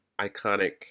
iconic